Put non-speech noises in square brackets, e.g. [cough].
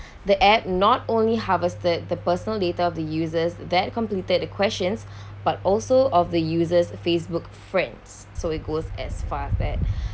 [breath] the app not only harvested the personal data of the users that completed the questions [breath] but also of the user's facebook friends so it goes as far as that [breath]